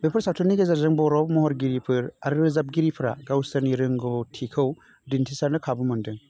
बेफोर सावथुननि गेजेरजों बर'आव महरगिरिफोर आरो रोजाबगिरिफोरा गावसोरनि रोंगौथिखौ दिन्थिसारनो खाबु मोनदों